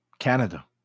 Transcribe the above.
Canada